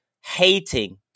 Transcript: hating